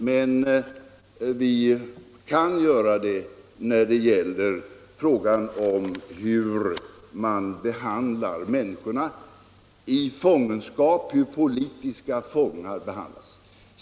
Men vi kan göra graderingar av hur politiska fångar behandlas.